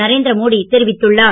நரேந்திர மோடி தெரிவித்துள்ளார்